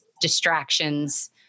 distractions